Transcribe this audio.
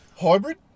hybrid